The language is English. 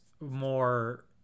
more